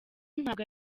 ntabwo